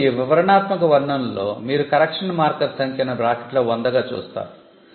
ఇప్పుడు ఈ వివరణాత్మక వర్ణనలో మీరు correction marker సంఖ్యను బ్రాకెట్లో 100 గా చూస్తారు